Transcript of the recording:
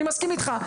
אני מסכים איתך.